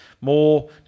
more